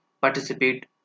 participate